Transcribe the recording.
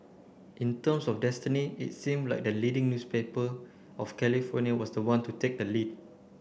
in terms of destiny it seemed like the leading newspaper of California was the one to take the lead